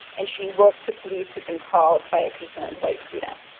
and she woke to police who'd been called by concerned white student.